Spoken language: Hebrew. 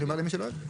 דיברתי למי שלא יודע.